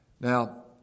Now